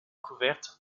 couverte